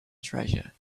treasure